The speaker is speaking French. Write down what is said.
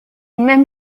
même